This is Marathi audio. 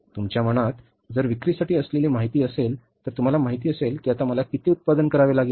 तुमच्या मनात जर विक्रीसाठी असलेली माहिती असेल तर तुम्हाला माहिती असेल की आता मला किती उत्पादन करावे लागेल